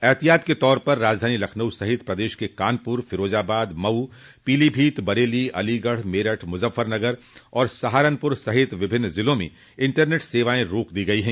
एहतियात के तौर पर राजधानी लखनऊ सहित प्रदेश के कानप्र फिरोजाबाद मऊ पीलीभीत बरेली अलीगढ़ मेरठ मुजफ्फरनगर और सहारनपुर सहित विभिन्न जिलों में इंटरनेट सेवाएं रोक दी गई हैं